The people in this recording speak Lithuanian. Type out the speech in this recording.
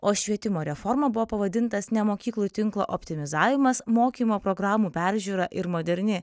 o švietimo reforma buvo pavadintas ne mokyklų tinklo optimizavimas mokymo programų peržiūra ir moderni